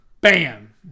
Bam